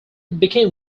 became